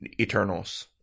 Eternals